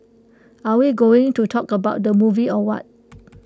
are we going to talk about the movie or what